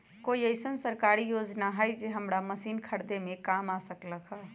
कोइ अईसन सरकारी योजना हई जे हमरा मशीन खरीदे में काम आ सकलक ह?